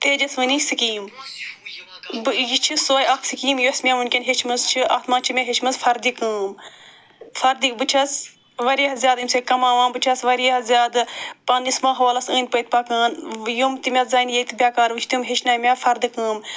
تیجَسؤنی scheme بہٕ یہِ چھِ سوے اکھ سکیٖم یۄس مےٚ وٕنۍکٮ۪ن ہیٚچھمٕژ چھِ اتھ مَنٛز چھِ مےٚ ہیٚچھمٕژ فَردٕ کٲم فَردِ بہٕ چھَس واریاہ زیادٕ اَمہِ سۭتۍ کَماوان بہٕ چھَس واریاہ زیادٕ پنٛنِس ماحولَس أند پٔتۍ پَکان یِم تہِ مےٚ زَنہِ ییٚتہِ بیٚکار وٕچھِ تِم ہیٚچھنایہِ مےٚ فَردِ کٲم